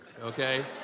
okay